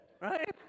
right